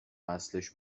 اصلش